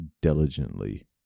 diligently